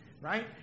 right